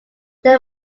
they